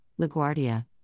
LaGuardia